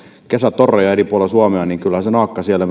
kesätoreja eri puolella suomea niin kyllähän se naakka siellä